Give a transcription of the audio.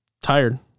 tired